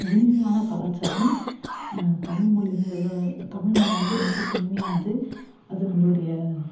இனிமையான கலாச்சாரம் தமிழ் மொழிங்கிற தமிழ் மொழி வந்து ரொம்ப தொன்மையானது அது நம்மளுடைய